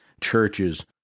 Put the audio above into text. churches